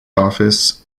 office